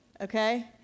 okay